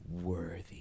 Worthy